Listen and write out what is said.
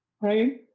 right